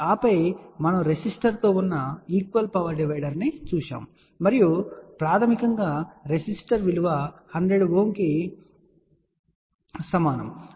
ఆపై మనము రెసిస్టర్తో ఉన్న ఈక్వల్ పవర్ డివైడర్ను చూశాము మరియు ప్రాథమికంగా రెసిస్టర్ విలువ 100 Ω కు సమానం